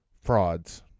Frauds